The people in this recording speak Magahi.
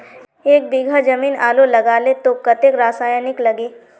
एक बीघा जमीन आलू लगाले तो कतेक रासायनिक लगे?